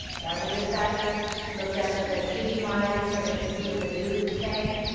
one of the dispatchers looked up at the tv monitors, so they could see what the news is saying.